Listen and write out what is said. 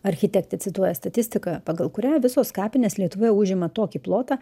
architektė cituoja statistiką pagal kurią visos kapinės lietuvoje užima tokį plotą